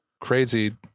crazy